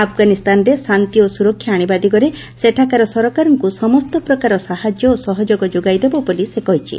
ଆଫଗାନିସ୍ତାନରେ ଶାନ୍ତି ଓ ସ୍ୱରକ୍ଷା ଆଣିବା ଦିଗରେ ସେଠାକାର ସରକାରଙ୍କୁ ସମସ୍ତ ପ୍ରକାର ସାହାଯ୍ୟ ଓ ସହଯୋଗ ଯୋଗାଇ ଦେବ ବୋଲି କହିଛି